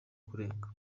kurenga